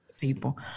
people